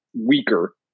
weaker